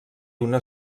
una